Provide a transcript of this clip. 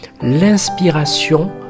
l'inspiration